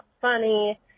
funny